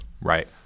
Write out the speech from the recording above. Right